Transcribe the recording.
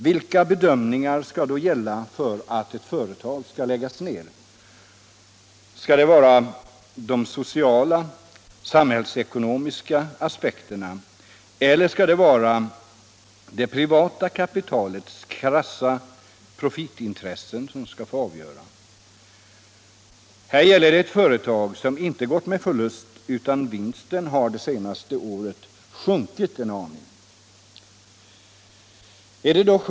Vilka bedömningar skall då gälla för att ett företag skall få läggas ned? Skall det vara de sociala och samhällsekonomiska aspekterna eller skall det vara det privata kapitalets krassa profitintressen som skall få avgöra? Här gäller det ett företag som inte har gått med förlust, utan vinsten har det senaste året sjunkit en aning.